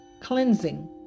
cleansing